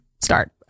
start